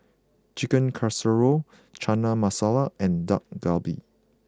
Chicken Casserole Chana Masala and Dak Galbi